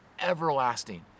everlasting